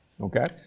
Okay